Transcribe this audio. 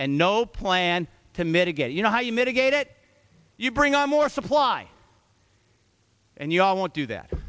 and no plan to mitigate you know how you mitigate it you bring up more supply and you all won't do that